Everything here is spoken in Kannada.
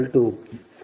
3641